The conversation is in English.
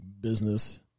business